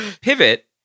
Pivot